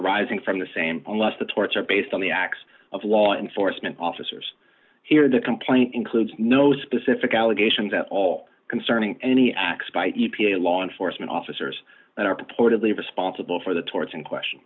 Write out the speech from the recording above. those arising from the same unless the torts are based on the acts of law enforcement officers here the complaint includes no specific allegations at all concerning any acts by e p a law enforcement officers that are purportedly responsible for the torts in question